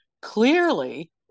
Clearly